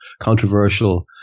controversial